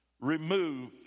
remove